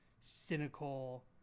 cynical